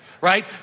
Right